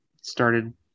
started